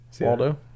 Waldo